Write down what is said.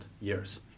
years